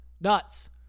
nuts